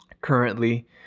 currently